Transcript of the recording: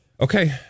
Okay